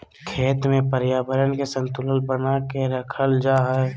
खेत में पर्यावरण के संतुलन बना के रखल जा हइ